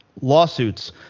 lawsuits